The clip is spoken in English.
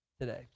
today